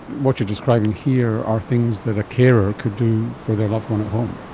what you're describing here are things that a carer could do for their loved one at home.